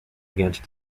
against